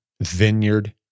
Vineyard